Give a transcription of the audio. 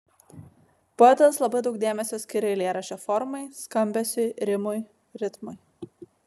poetas labai daug dėmesio skiria eilėraščio formai skambesiui rimui ritmui